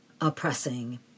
oppressing